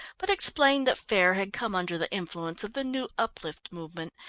but explained that faire had come under the influence of the new uplift movement,